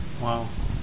Wow